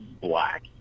black